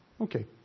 Okay